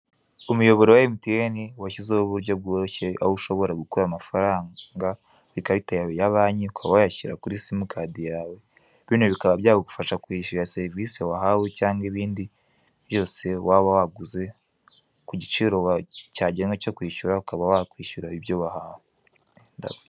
Umuyoboro wa emutiyeni washyizeho uburyo bworoshye, aho ushobora gukura amafaranga ku ikarita yawe ya banki ukaba wayashyira kuri simukadi yawe, bino bikaba byagufasha kwishyura serivisi wahawe cyangwa ibindi byose waba waguze ku giciro cyagenwe cyo kwishyura ukaba wakwishyura ibyo wahashye.